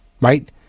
Right